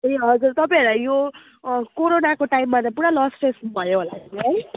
ए हजुर तपाईँहरूलाई यो कोरोनाको टाइममा त पुरा लसेस भयो होला नि है